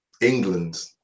England